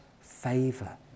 favour